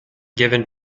given